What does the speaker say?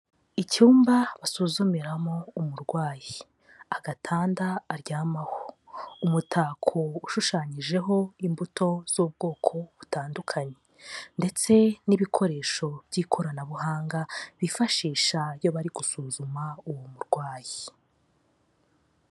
Icyumba basuzumiramo umurwayi, agatanda aryamaho, umutako ushushanyijeho imbuto z'ubwoko butandukanye, ndetse n'ibikoresho by'ikoranabuhanga bifashisha iyo bari gusuzuma uwo murwayi.